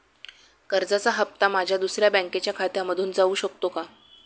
कर्जाचा हप्ता माझ्या दुसऱ्या बँकेच्या खात्यामधून जाऊ शकतो का?